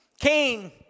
Cain